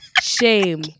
Shame